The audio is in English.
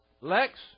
Lex